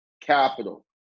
capital